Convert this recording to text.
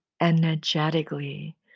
energetically